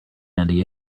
handy